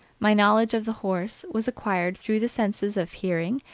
my knowledge of the horse was acquired through the senses of hearing,